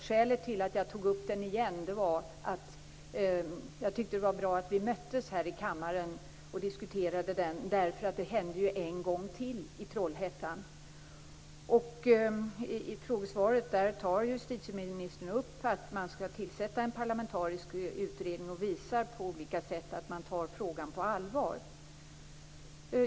Skälet till att jag tog upp den igen var att jag tyckte det var bra att vi möttes här i kammaren och diskuterade den, eftersom detta har hänt en gång till i I frågesvaret tar justitieministern upp att en parlamentarisk utredning skall tillsättas och visar på olika sätt att man tar frågan på allvar.